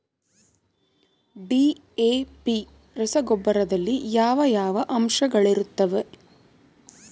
DAP ರಸಗೊಬ್ಬರದಲ್ಲಿ ಯಾವ ಯಾವ ಅಂಶಗಳಿರುತ್ತವರಿ?